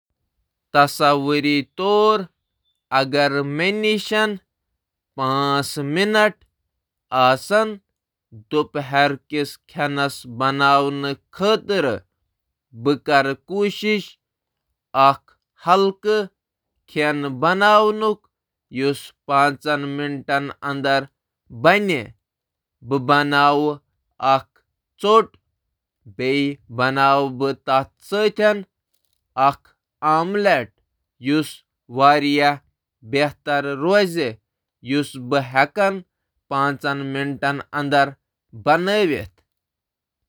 اگر بہٕ گَرَس منٛز تہٕ دُپہرُک کھٮ۪ن تیار کرنہٕ خٲطرٕ صرف پانٛژھ منٹ چھُس، بہٕ ہٮ۪کہٕ سکریمبٕل ٹھوٗل بناونٕچ کوٗشِش کٔرِتھ: